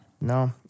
No